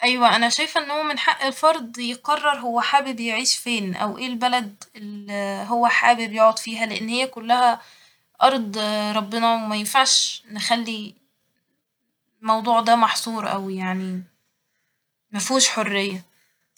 أيوه أنا شايفه إن هو من حق الفرد يقرر هو حابب يعيش فين ، أو اي البلد الل هو حابب يقعد فيها لإن هي كلها أرض ربنا ومينفعش نخلي الموضوع ده محصور أوى يعني مفهوش حرية